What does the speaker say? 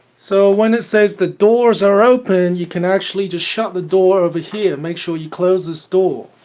so when it says the doors are open you can actually just shut the door over here make sure you close this door.